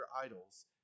idols